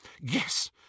Yes